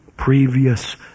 previous